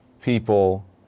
people